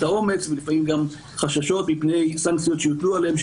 האומץ ולפעמים גם חששות מפני סנקציות שיוטלו עליהם,